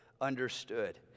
understood